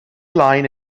line